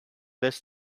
this